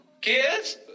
Kids